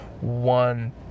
one